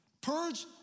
purge